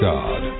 God